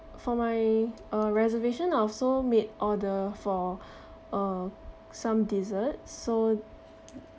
for my uh reservation I also made order for uh some desserts so